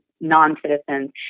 non-citizens